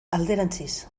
alderantziz